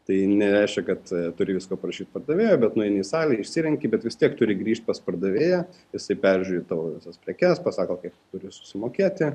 tai nereiškia kad turi visko prašyti pardavėjo bet nueini į salę išsirenki bet vis tiek turi grįžt pas pardavėją jisai peržiūri tavo visas prekes pasako kad turi susimokėti